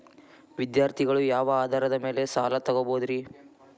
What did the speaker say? ವಿದ್ಯಾರ್ಥಿಗಳು ಯಾವ ಆಧಾರದ ಮ್ಯಾಲ ಸಾಲ ತಗೋಬೋದ್ರಿ?